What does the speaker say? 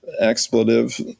expletive